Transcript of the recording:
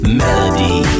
melody